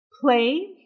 Play